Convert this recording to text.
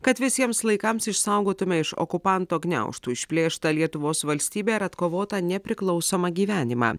kad visiems laikams išsaugotume iš okupanto gniaužtų išplėštą lietuvos valstybę ir atkovotą nepriklausomą gyvenimą